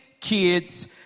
kids